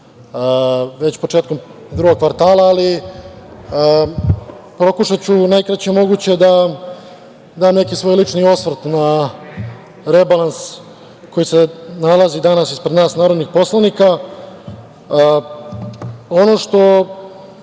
već početkom drugog kvartala, ali pokušaću najkraće moguće da dam neki svoj lični osvrt na rebalans koji se nalazi danas ispred nas narodnih poslanika. Ono što